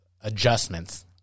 Adjustments